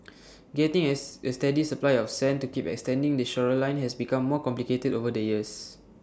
getting as A steady supply of sand to keep extending the shoreline has become more complicated over the years